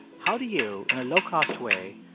how do you, in a low cost way,